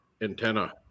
antenna